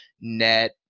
net